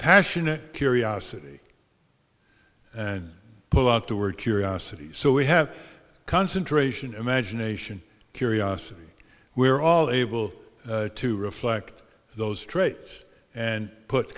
passionate curiosity and pull out the word curiosity so we have concentration imagination curiosity we're all able to reflect those traits and put